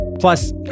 Plus